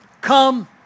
come